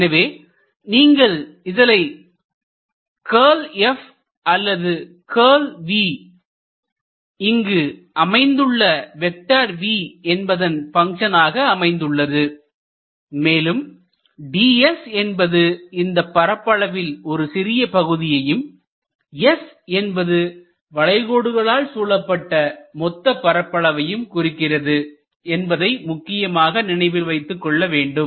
எனவே நீங்கள் இதனை க்கல் f அல்லது க்கல் V இங்கு அமைந்துள்ள வெக்டர் v என்பதன் பங்க்ஷன் ஆக அமைந்துள்ளது மேலும் ds என்பது இந்த பரப்பளவில் ஒரு சிறிய பகுதியையும் s என்பது வலைகோடுகளால் சூழப்பட்டுள்ள மொத்த பரப்பளவையும் குறிக்கிறது என்பதை முக்கியமாக நினைவில் வைத்துக் கொள்ள வேண்டும்